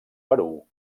perú